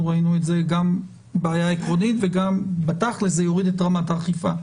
ראינו את זה גם כבעיה עקרונית וגם בתכל'ס זה יוריד את רמת האכיפה.